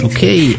Okay